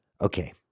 okay